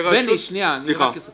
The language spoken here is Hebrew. בני, רק על הכותרת?